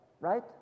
right